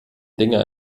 dinger